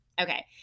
Okay